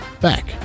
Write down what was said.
back